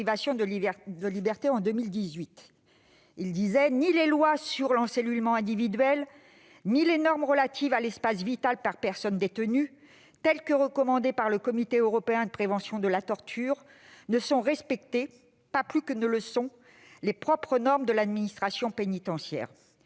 rapport en 2018 :« Ni les lois sur l'encellulement individuel ni les normes relatives à l'espace vital par personne détenue, telles que recommandées par le Comité européen de prévention de la torture, ne sont respectées, pas plus que ne le sont les propres normes de l'administration pénitentiaire. »